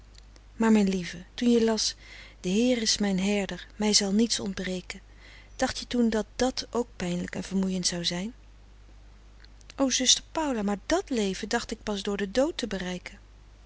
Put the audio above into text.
maar mijn lieve toen je las de heer is mijn herder mij zal niets ontbreken dacht je toen dat dàt ook pijnlijk en vermoeiend zou zijn o zuster paula maar dàt leven dacht ik pas door den dood te bereiken